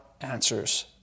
answers